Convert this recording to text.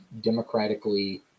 democratically